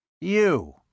You